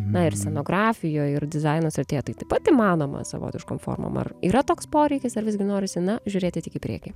na ir scenografijoj ir dizaino srityje taip pat įmanoma savotiškom formom ar yra toks poreikis ar visgi norisi na žiūrėti tik į priekį